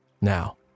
now